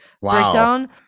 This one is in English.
breakdown